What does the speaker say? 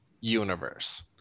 universe